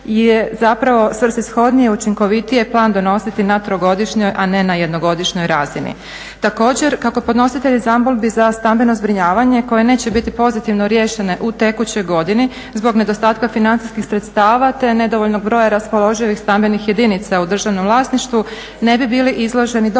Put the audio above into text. je zapravo svrsihodnije, učinkovitije plan donositi na trogodišnjoj a ne na jednogodišnjoj razini. Također, kako podnositelji zamolbi za stambeno zbrinjavanje koje neće biti pozitivno riješene u tekućoj godini zbog nedostatka financijskih sredstava, te nedovoljnog broja raspoloživih stambenih jedinica u državnom vlasništvu, ne bi bili izloženi dodatnom